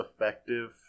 effective